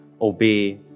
obey